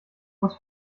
muss